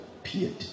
appeared